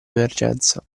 emergenza